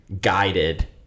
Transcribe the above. guided